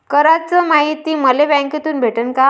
कराच मायती मले बँकेतून भेटन का?